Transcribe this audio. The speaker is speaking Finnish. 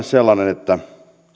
sellainen että